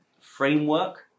framework